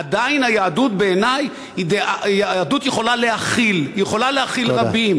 עדיין, היהדות, בעיני, יכולה להכיל רבים.